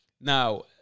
now